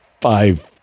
five